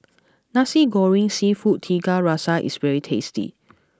Nasi Goreng Seafood Tiga Rasa is very tasty